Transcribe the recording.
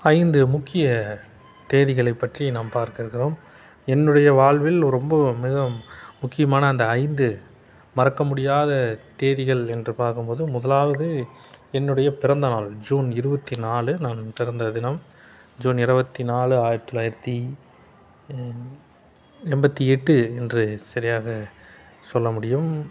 ஐந்து முக்கிய தேதிகளைப்பற்றி நாம் பார்க்கவிருக்கிறோம் என்னுடைய வாழ்வில் ரொம்பவும் மிகவும் முக்கியமான அந்த ஐந்து மறக்கமுடியாத தேதிகள் என்று பார்க்கும்போதும் முதலாவது என்னுடைய பிறந்த நாள் ஜூன் இருபத்தி நாலு நான் பிறந்த தினம் ஜூன் இருபத்தி நாலு ஆயிரத்தி தொள்ளாயிரத்தி எண்பத்தி எட்டு என்று சரியாக சொல்ல முடியும்